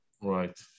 Right